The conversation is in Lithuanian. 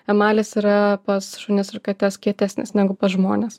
emalis yra pas šunis ir kates kietesnis negu pas žmones